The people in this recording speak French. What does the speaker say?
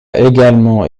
également